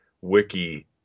wiki